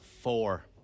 Four